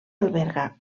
alberga